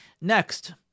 Next